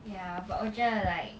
ya but 我觉得 like